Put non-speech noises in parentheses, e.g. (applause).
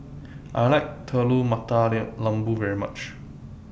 I like Telur Mata (unintelligible) Lembu very much